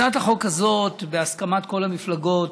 הצעת החוק הזאת, בהסכמת כל המפלגות,